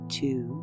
two